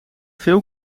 veel